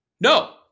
No